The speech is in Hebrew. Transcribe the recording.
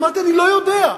אמרתי: אני לא יודע.